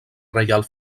reial